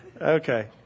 okay